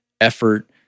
effort